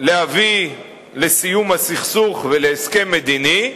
להביא לסיום הסכסוך ולהסכם מדיני,